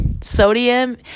Sodium